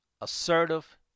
assertive